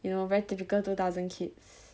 you know very typical two thousand kids